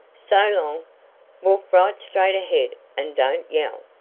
so long. walk right straight ahead and don't yell.